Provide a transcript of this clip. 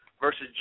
versus